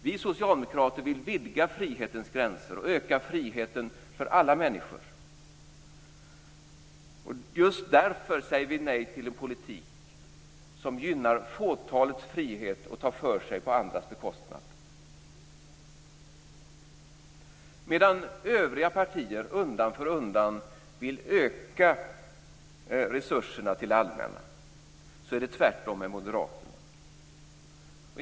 Vi socialdemokrater vill vidga frihetens gränser och öka friheten för alla människor. Just därför säger vi nej till en politik som gynnar fåtalets frihet och tar för sig på andras bekostnad. Medan övriga partier undan för undan vill öka resurserna till det allmänna, är det tvärtom med Moderaterna.